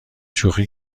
شوخی